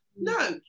No